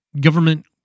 government